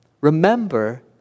Remember